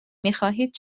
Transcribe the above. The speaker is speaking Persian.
میخواهید